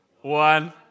one